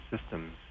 systems